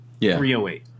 308